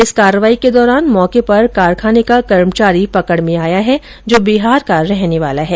इस कार्रवाई के दौरान मौके पर कारखाने का कर्मचारी पकड़ में आया है जो बिहार का रहने वाला है